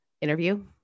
interview